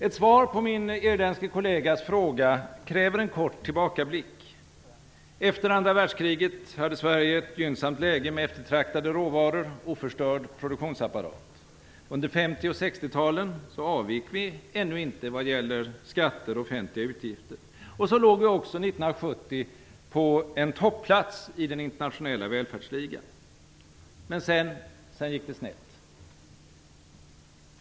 Ett svar på min irländske kollegas fråga kräver en kort tillbakablick. Efter andra världskriget hade Sverige ett gynnsamt läge med eftertraktade råvaror och en oförstörd produktionsapparat. Under 1950 och 60-talen avvek vi ännu inte vad gäller skatter och offentliga utgifter. Så låg Sverige också 1970 på en topplats i den internationella välfärdsligan. Men sedan gick det snett.